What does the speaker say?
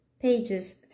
pages